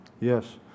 Yes